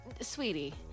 Sweetie